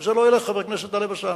זה לא ילך, חבר הכנסת טלב אסאנע,